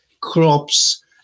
crops